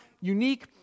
unique